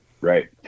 Right